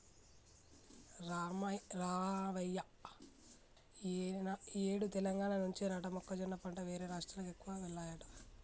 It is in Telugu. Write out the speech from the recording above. రావయ్య ఈ ఏడు తెలంగాణ నుంచేనట మొక్కజొన్న పంట వేరే రాష్ట్రాలకు ఎక్కువగా వెల్లాయట